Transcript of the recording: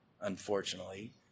unfortunately